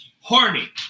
Horny